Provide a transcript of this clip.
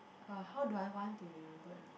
uh how do I want to remember